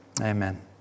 amen